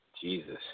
Jesus